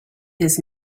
his